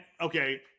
okay